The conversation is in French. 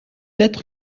être